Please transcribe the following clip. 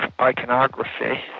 iconography